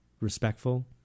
respectful